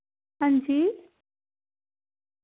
हां जी